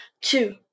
Two